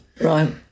Right